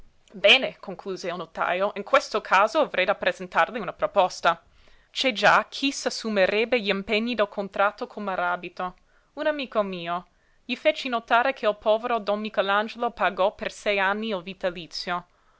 bene concluse il notajo in questo caso avrei da presentarle una proposta c'è già chi s'assumerebbe gl'impegni del contratto col maràbito un amico mio gli feci notare che il povero don michelangelo pagò per sei anni il vitalizio